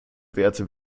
werte